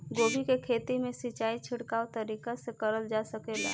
गोभी के खेती में सिचाई छिड़काव तरीका से क़रल जा सकेला?